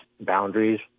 boundaries